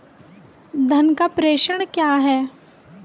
धन का प्रेषण क्या है?